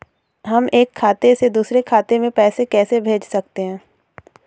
हम एक खाते से दूसरे खाते में पैसे कैसे भेज सकते हैं?